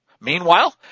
Meanwhile